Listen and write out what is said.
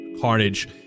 Carnage